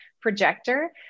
projector